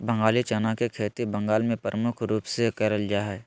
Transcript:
बंगाली चना के खेती बंगाल मे प्रमुख रूप से करल जा हय